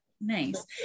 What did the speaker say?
Nice